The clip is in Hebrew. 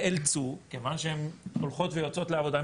כיוון שהן יוצאות לעבודה,